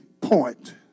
point